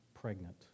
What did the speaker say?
pregnant